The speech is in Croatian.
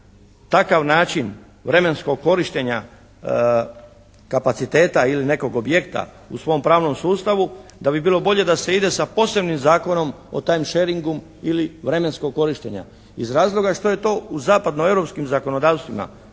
takav način vremenskog korištenja kapaciteta ili nekog objekta u svom pravnom sustavu da bi bilo bolje da se ide sa posebnim zakonom o time sharingu ili vremenskog korištenja. Iz razloga što je to u zapadno europskim zakonodavstvima